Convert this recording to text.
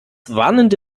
warnende